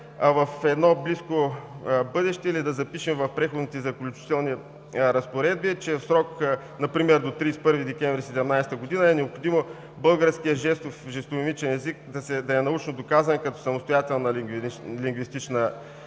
в едно близко бъдеще или да запишем в Преходните и заключителните разпоредби, че в срок, например до 31 декември 2017 г., е необходимо българският жестомимичен език да е научно доказан като самостоятелна лингвистична единица.